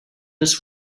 this